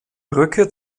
brücke